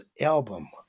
album